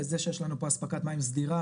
לזה שיש לנו פה אספקת מים סדירה,